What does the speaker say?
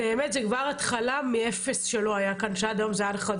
זו התחלה מאפס שלא היה כאן, שעד היום היה לך.